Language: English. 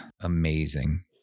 amazing